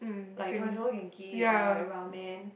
like for example Genki or like Ramen